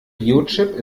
biochip